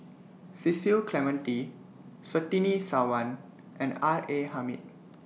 Cecil Clementi Surtini Sarwan and R A Hamid